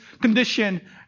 condition